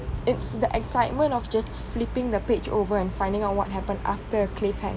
it's the excitement of just flipping the page over and finding out what happened after a cliffhanger